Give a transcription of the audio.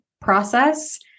process